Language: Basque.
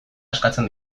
askatzen